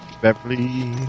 Beverly